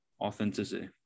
Authenticity